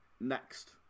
next